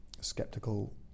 skeptical